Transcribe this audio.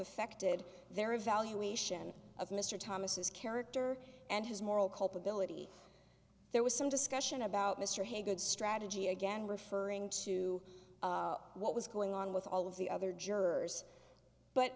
affected their evaluation of mr thomas character and his moral culpability there was some discussion about mr haygood strategy again referring to what was going on with all of the other jurors but